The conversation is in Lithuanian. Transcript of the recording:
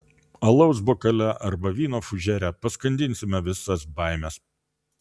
alaus bokale arba vyno fužere paskandinsime visas baimes